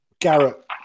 Garrett